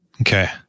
Okay